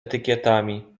etykietami